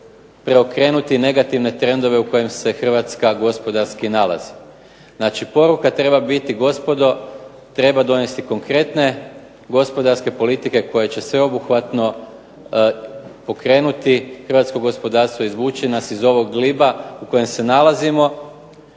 preokrenuti negativne trendove u kojima se Hrvatska gospodarski nalazi. Znači, poruka treba biti gospodo treba donijeti konkretne gospodarske politike koje će sveobuhvatno pokrenuti hrvatskog gospodarstvo, izvući nas iz ovog gliba u kojem se nalazimo